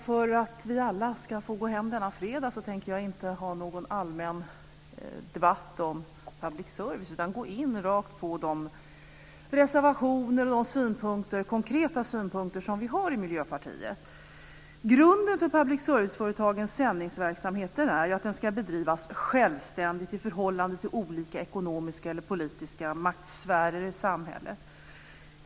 För att vi alla ska få gå hem denna fredag tänker jag inte föra någon allmän debatt om public service utan gå rakt in på de reservationer och konkreta synpunkter vi har i Miljöpartiet. Grunden för public service-företagens sändningsverksamhet är att den ska bedrivas självständigt i förhållande till olika ekonomiska eller politiska maktsfärer i samhället.